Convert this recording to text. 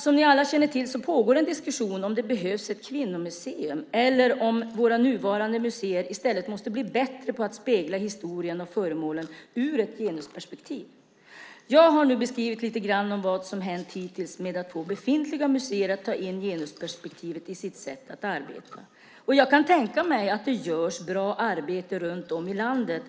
Som ni alla känner till pågår det en diskussion om huruvida det behövs ett kvinnomuseum eller om våra nuvarande museer i stället måste bli bättre på att spegla historien och föremålen ur ett genusperspektiv. Jag har beskrivit lite grann vad som har hänt hittills när det gäller att få befintliga museer att ta in genusperspektivet i sitt sätt att arbeta. Jag kan tänka mig att det görs bra arbete runt om i landet